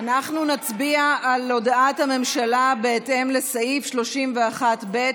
אנחנו נצביע על הודעת הממשלה בהתאם לסעיף 31(ב)